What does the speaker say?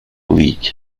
league